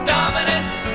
Dominance